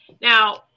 Now